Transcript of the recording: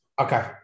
Okay